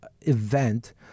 event